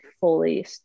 fully